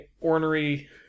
ornery